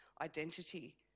identity